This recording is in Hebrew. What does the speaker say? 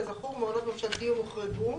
כזכור, מעונות ממשלתיים הוחרגו